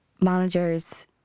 managers